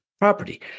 property